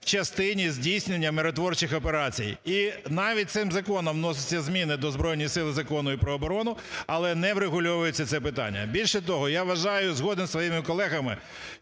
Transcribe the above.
частині здійснення миротворчих операцій. І навіть цим законом вносяться зміни до Збройних Сил закону і про оборону, але не врегульовується це питання. Більше того, я вважаю і згоден зі своїми колегами,